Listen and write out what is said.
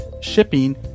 shipping